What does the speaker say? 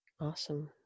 awesome